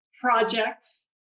projects